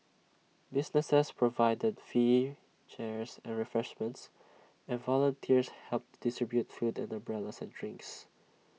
businesses provided fear chairs and refreshments and volunteers helped to distribute food umbrellas and drinks